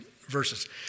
verses